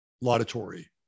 laudatory